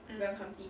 mm